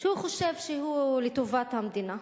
שהוא חושב שהוא לטובת המדינה.